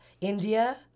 India